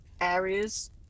areas